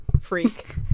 freak